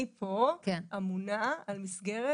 אני פה אמונה על מסגרת